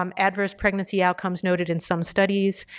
um adverse pregnancy outcomes noted in some studies,